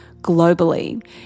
globally